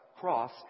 cross